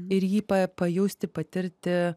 ir jį pajusti patirti